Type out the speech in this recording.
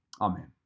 Amen